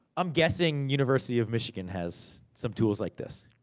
i'm guessing university of michigan has some tools like this.